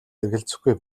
эргэлзэхгүй